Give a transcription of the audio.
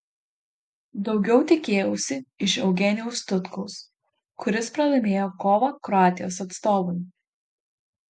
daugiau tikėjausi iš eugenijaus tutkaus kuris pralaimėjo kovą kroatijos atstovui